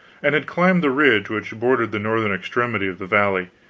and had climbed the ridge which bordered the northern extremity of the valley,